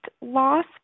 loss